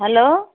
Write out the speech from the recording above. hello